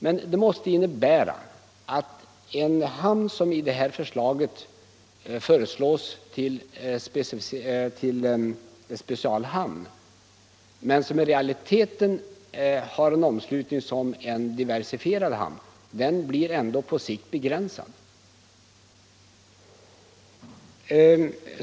Men det måste innebära att en hamn som blir klassificerad som specialhamn men som i realiteten har en omslutning som en diversifierad hamn ändå på sikt får en begränsad verksamhet.